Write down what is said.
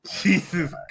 Jesus